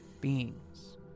beings